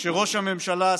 כשראש הממשלה,